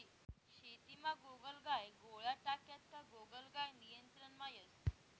शेतीमा गोगलगाय गोळ्या टाक्यात का गोगलगाय नियंत्रणमा येस